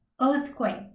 earthquake